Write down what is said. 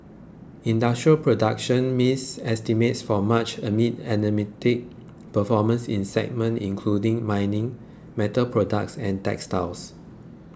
industrial production missed estimates for March amid anaemic performance in segments including mining metal products and textiles